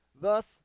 thus